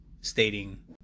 stating